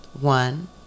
One